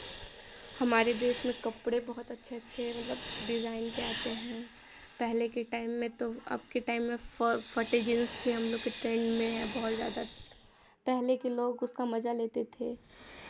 हमारे देश में कपड़े बहुत अच्छे अच्छे मतलब डिज़ाइन के आते हैं पहले के टाइम में तो अबके टाइम में फटे जीन्स भी हमलोग के ट्रेंड में है बहुत ज़्यादा पहले के लोग उसका मज़ा लेते थे